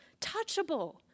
touchable